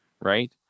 right